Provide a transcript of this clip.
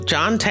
John